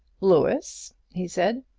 louis, he said,